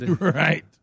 Right